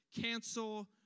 Cancel